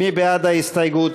מי בעד ההסתייגות?